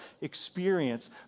experience